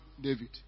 David